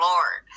Lord